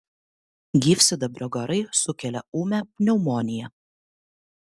gyvsidabrio garai sukelia ūmią pneumoniją